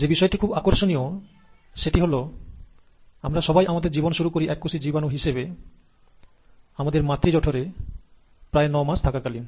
যে বিষয়টি খুব আকর্ষণীয় সেটি হল আমরা সবাই আমাদের জীবন শুরু করি এককোষী জীবাণু হিসেবে আমাদের মাতৃজঠরে প্রায় নয় মাস থাকা কালীন